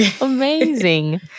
Amazing